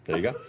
you go.